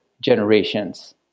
generations